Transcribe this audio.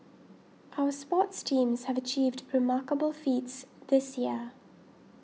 our sports teams have achieved remarkable feats this year